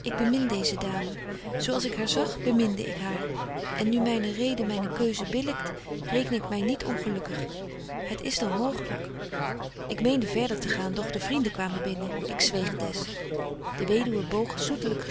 ik bemin deeze dame zo als ik haar zag beminde ik haar en nu myne rede myne keuze billykt reken ik my niet ongelukkig het is dan mooglyk ik meende verder te gaan doch de vrienden kwamen binnen ik zweeg des de weduwe boog zoetelyk